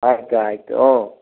ಆಯಿತು ಆಯಿತು ಓಹ್